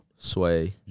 Sway